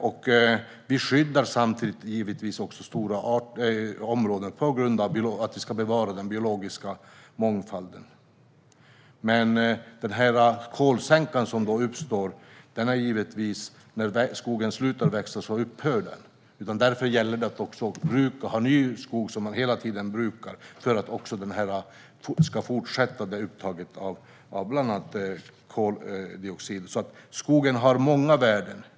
Givetvis skyddar vi samtidigt stora områden för att bevara den biologiska mångfalden. Kolsänkan som vi får upphör dock när skogen slutar att växa. Därför gäller det också att hela tiden se till att ha ny skog att bruka för att upptaget av bland annat koldioxid ska fortgå. Skogen har alltså många värden.